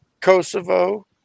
Kosovo